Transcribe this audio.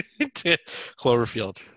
Cloverfield